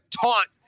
taunt